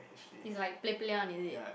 is like play play one is it